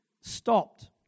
stopped